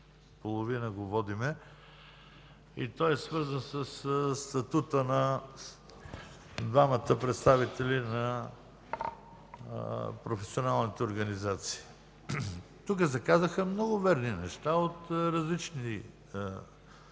половина, и е свързан със статута на двамата представители на професионалните организации. Тук се казаха много верни неща от различни